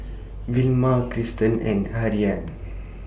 Vilma Kristan and Harriet